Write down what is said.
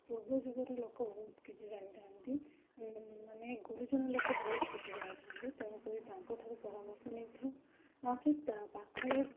ପୂର୍ବ ଯୁଗର ଲୋକ ବହୁତ କିଛି ଜାଣିଥାନ୍ତି ମାନେ ଗୁରୁଜନ ଲୋକ ବହୁତ କିଛି ଜାଣିଥାନ୍ତି ତେଣୁ କରି ତାଙ୍କଠାରୁ ପରାମର୍ଶ ନେଇଥାଉ ନଚେତ୍ ତା ପାଖରେ